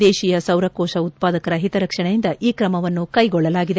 ದೇಶೀಯ ಸೌರಕೋಶ ಉತ್ಪಾದಕರ ಹಿತರಕ್ಷಣೆಯಿಂದ ಈ ಕ್ರಮವನ್ನು ಕೈಗೊಳ್ಳಲಾಗಿದೆ